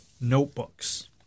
notebooks